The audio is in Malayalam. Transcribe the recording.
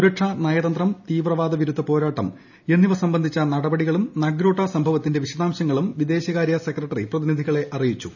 സുരക്ഷ നയതന്ത്രം തീവ്രവാദ വിരുദ്ധ പോരാട്ടം എന്നിവ സംബന്ധിച്ച നടപടികളും നഗ്രോട്ട സംഭവത്തിന്റെ വിശദാംശങ്ങളും വിദേശകാര്യ സെക്രട്ടറി പ്രതിനിധികളെ അറിയിച്ചു